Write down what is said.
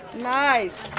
nice!